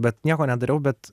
bet nieko nedariau bet